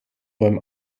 beim